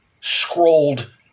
scrolled